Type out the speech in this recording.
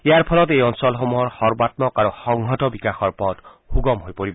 ইয়াৰ ফলত এই অঞ্চলসমূহৰ সৰ্বাম্মক আৰু সংহত বিকাশৰ পথ সুগম হৈ পৰিব